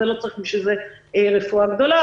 ולא צריך בשביל זה רפואה גדולה,